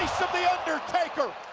the undertaker!